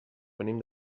venim